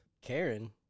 Karen